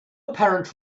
apparent